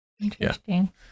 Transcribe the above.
Interesting